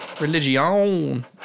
Religion